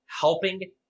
helping